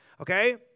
Okay